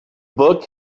book